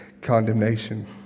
condemnation